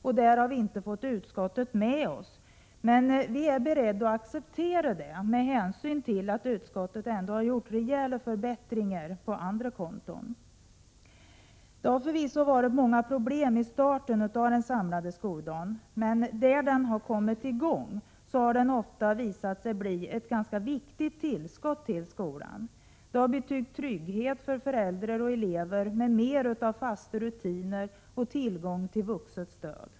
Där har vi inte fått utskottet med oss, men vi är beredda att acceptera det med hänsyn till att utskottet ändå har gjort rejäla förbättringar på andra konton. Det har förvisso varit många problemi starten för den samlade skoldagen, men där man kommit i gång har den ofta visat sig bli ett viktigt tillskott till skolan. Det har betytt en trygghet för föräldrar och elever med mer av fasta rutiner och tillgång till vuxet stöd.